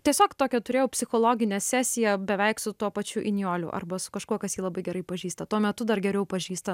tiesiog tokią turėjau psichologinę sesiją beveik su tuo pačiu inijoliu arba su kažkuo kas jį labai gerai pažįsta tuo metu dar geriau pažįsta